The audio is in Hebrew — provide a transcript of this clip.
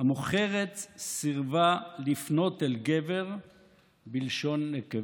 שהמוכרת סירבה לפנות אל גבר בלשון נקבה.